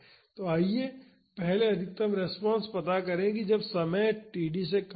तो आइए पहले अधिकतम रिस्पांस पता करें कि जब समय td से कम हैं